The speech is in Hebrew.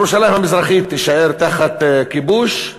ירושלים המזרחית תישאר תחת כיבוש,